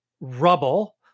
rubble